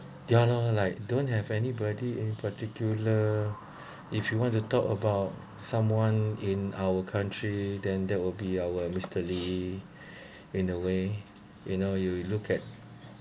ya lor like don't have anybody in particular if you want to talk about someone in our country then that will be our mister lee in a way you know you you look at